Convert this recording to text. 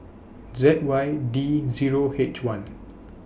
Z Y D Zero H one